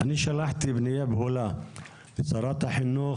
שלחתי פנייה בהולה לשרת החינוך,